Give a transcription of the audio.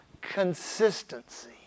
Consistency